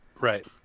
right